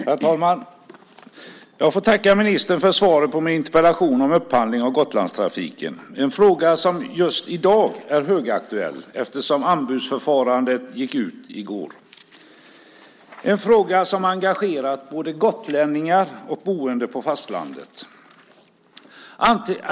Herr talman! Jag tackar ministern för svaret på min interpellation om upphandling av Gotlandstrafiken. Det är en fråga som just i dag är högaktuell eftersom anbudsförfarandet gick ut i går. Det är en fråga som engagerat både gotlänningar och boende på fastlandet.